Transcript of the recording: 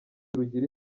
rugira